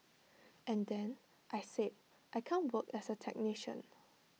and then I said I can't work as A technician